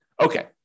Okay